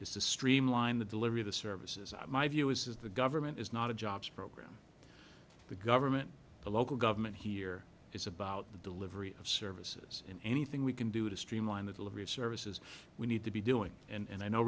to streamline the delivery of the services my view is the government is not a jobs program the government the local government here is about the delivery of services and anything we can do to streamline the delivery of services we need to be doing and i know